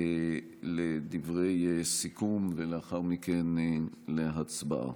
לדברי סיכום ולאחר מכן להצבעה.